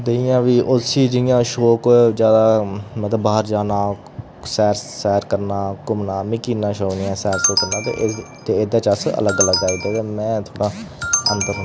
ते इ'यां बी ओह् उसी जि'यां शौक जादै मतलब बाहर जाना सैर सैर करना घूमना मिगी इ'न्ना शौक निं ऐ ते एह्दे च अस अलग लग्गा दे में थोह्ड़ा अंदर